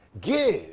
Give